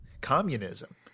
Communism